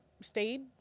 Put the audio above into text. stayed